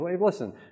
Listen